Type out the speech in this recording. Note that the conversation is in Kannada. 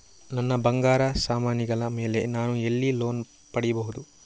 ನನ್ನ ಬಂಗಾರ ಸಾಮಾನಿಗಳ ಮೇಲೆ ನಾನು ಎಲ್ಲಿ ಲೋನ್ ಪಡಿಬಹುದು?